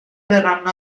verranno